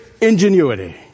ingenuity